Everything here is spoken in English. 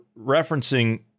referencing